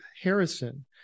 Harrison